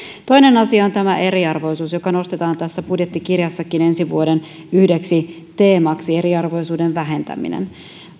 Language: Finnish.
toinen asia on tämä eriarvoisuus joka nostetaan tässä budjettikirjassakin ensi vuoden yhdeksi teemaksi eriarvoisuuden vähentäminen